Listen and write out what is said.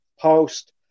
Post